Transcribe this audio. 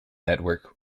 network